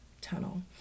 tunnel